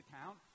account